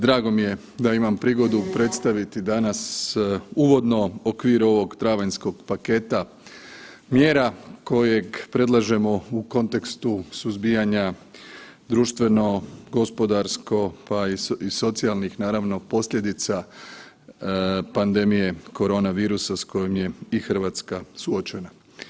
Drago mi je da imam prigodu predstaviti danas uvodno u okviru ovog travanjskog paketa mjera kojeg predlažemo u kontekstu suzbijanja društveno gospodarsko, pa i socijalnih naravno posljedica pandemije koronavirusa s kojim je i RH suočena.